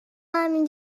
همین